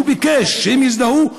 כשהוא ביקש שהם יזדהו,